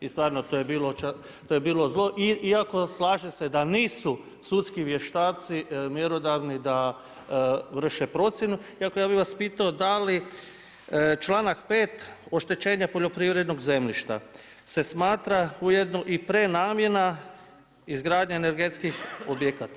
I stvarno to je bilo zlo, iako slažem se da nisu sudski vještaci mjerodavni da vrše procjenu, ako ja bi vas pitao , da li čl. 5. oštećenje poljoprivrednog zemljišta, se smatra ujedno i prenamjena, izgradnja energetskih objekata.